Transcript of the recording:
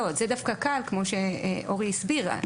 כפי שהסביר אורי,